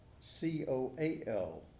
C-O-A-L